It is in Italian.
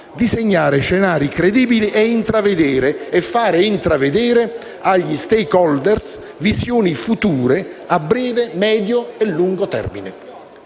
disegnare scenari credibili, intravedere e far intravedere agli *stakeholders* visioni future a breve, medio e lungo termine.